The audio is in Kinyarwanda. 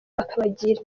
bakabagira